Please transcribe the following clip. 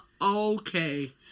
Okay